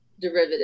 derivative